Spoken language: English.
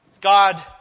God